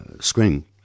screen